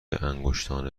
انگشتان